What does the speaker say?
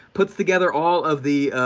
puts together all of the,